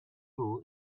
bull